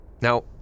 now